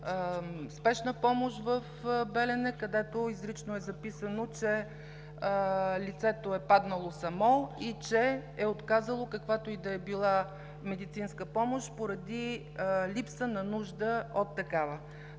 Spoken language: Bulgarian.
Спешна помощ в Белене, където изрично е записано, че лицето е паднало само и че е отказало каквато и да е била медицинска помощ поради липса на нужда от такава.